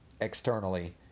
externally